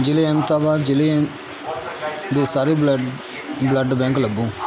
ਜ਼ਿਲ੍ਹੇ ਅਹਿਮਦਾਬਾਦ ਜ਼ਿਲ੍ਹੇ ਦੇ ਸਾਰੇ ਬਲੱਡ ਬਲੱਡ ਬੈਂਕ ਲੱਭੋ